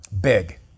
big